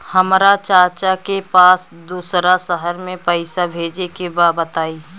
हमरा चाचा के पास दोसरा शहर में पईसा भेजे के बा बताई?